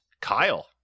Kyle